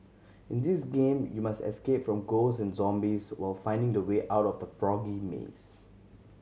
in this game you must escape from ghost and zombies while finding the way out of the foggy maze